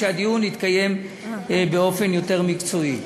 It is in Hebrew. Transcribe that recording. הדיון יתקיים באופן יותר מקצועי.